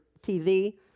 TV